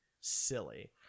silly